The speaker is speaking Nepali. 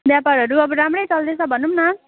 व्यापारहरू अब राम्रै चल्दैछ भनौँ न